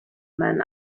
man